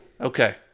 Okay